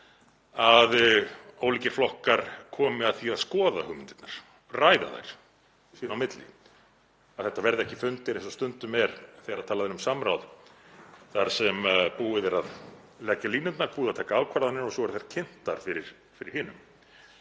að ólíkir flokkar komi að því að skoða hugmyndirnar, ræða þær sín á milli, að þetta verði ekki fundir eins og stundum er þegar talað er um samráð þar sem búið er að leggja línurnar, búið að taka ákvarðanir og svo eru þær kynntar fyrir hinum.